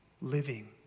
living